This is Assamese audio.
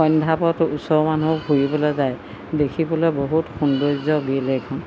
সন্ধ্যাপৰত ওচৰ মানুহ ফুৰিবলৈ যায় দেখিবলৈ বহুত সৌন্দৰ্য বিল এইখন